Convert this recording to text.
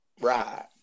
Right